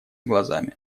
глазами